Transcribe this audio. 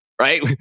right